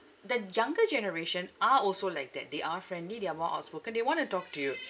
the younger generation are also like that they are friendly they are more outspoken they want to talk to you